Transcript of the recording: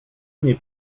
mnie